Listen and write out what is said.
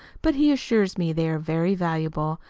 but he assures me they are very valuable,